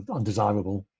undesirable